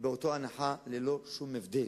באותה הנחה ללא שום הבדל.